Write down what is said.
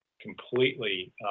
completely